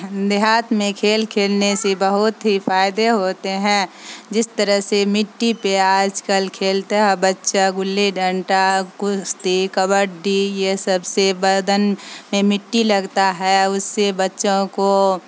دیہات میں کھیل کھیلنے سے بہت ہی فائدے ہوتے ہیں جس طرح سے مٹی پہ آج کل کھیلتا ہے بچہ گلی ڈنٹا کشتی کبڈی یہ سب سے بدن مٹی لگتا ہے اس سے بچوں کو